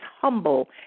humble